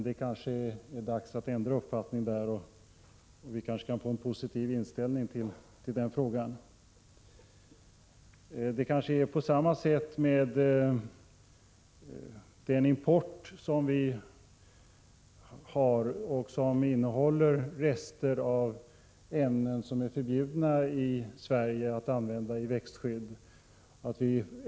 Det kanske är dags att ändra uppfattning så att vi kan motse en positiv inställning även till denna fråga. Det är på samma sätt med importen av produkter, som innehåller rester av ämnen som i Sverige inte får användas i växtskydd.